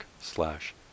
slash